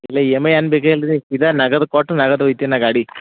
ಇಲ್ಲ E M I ಏನು ಬೇಕಾಗಿಲ್ರಿ ಇದು ನಗದು ಕೊಟ್ಟು ನಗದು ಒಯ್ತಿನ ಗಾಡಿ